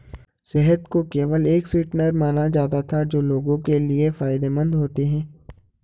शहद को केवल एक स्वीटनर माना जाता था जो लोगों के लिए फायदेमंद होते हैं